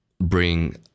bring